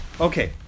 okay